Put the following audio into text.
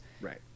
Right